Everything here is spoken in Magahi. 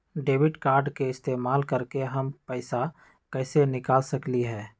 डेबिट कार्ड के इस्तेमाल करके हम पैईसा कईसे निकाल सकलि ह?